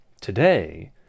Today